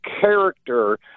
character